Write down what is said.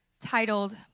titled